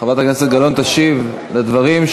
חברת הכנסת גלאון תשיב על הדברים.